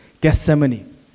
Gethsemane